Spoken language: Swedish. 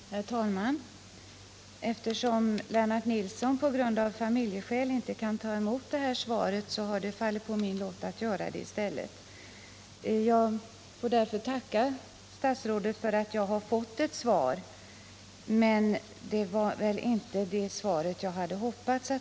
Herr talman! Eftersom Lennart Nilsson av familjeskäl inte kan ta emot svaret har det fallit på min lott att göra det. Jag tackar statsrådet för svaret, men det var inte det svar som jag hade hoppats på.